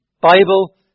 Bible